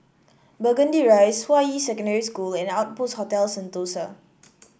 Burgundy Rise Hua Yi Secondary School and Outpost Hotel Sentosa